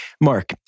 Mark